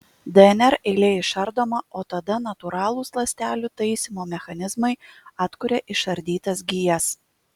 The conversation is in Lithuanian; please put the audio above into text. dnr eilė išardoma o tada natūralūs ląstelių taisymo mechanizmai atkuria išardytas gijas